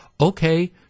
Okay